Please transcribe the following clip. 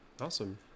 Awesome